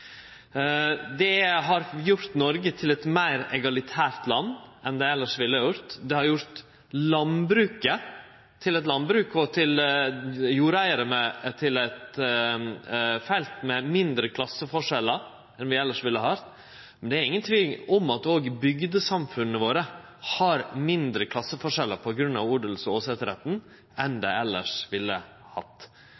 Det har gjort Noreg til eit meir egalitært land enn det elles ville ha vore. Det har gjort landbruket og jordeigarar til eit felt med mindre klasseforskjellar enn vi elles ville hatt. Det er ingen tvil om at også bygdesamfunna våre har mindre klasseforskjellar på grunn av odels- og åsetesretten enn